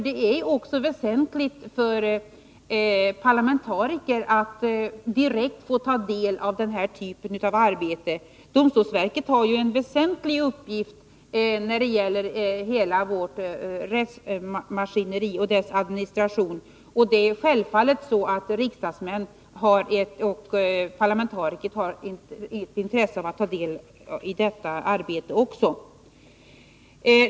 Det är också väsentligt för parlamentarikerna att direkt få ta del av den här typen av arbete. Domstolsverket har ju en väsentlig uppgift när det gäller hela vårt rättsmaskineri och dess administration.